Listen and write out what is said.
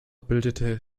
bildete